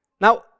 Now